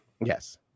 Yes